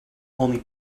only